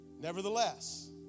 Nevertheless